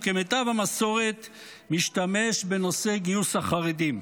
וכמיטב המסורת משתמש בנושא גיוס החרדים.